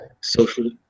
social